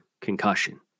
concussion